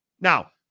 Now